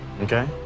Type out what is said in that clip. okay